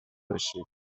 باشید